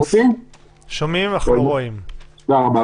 תודה רבה.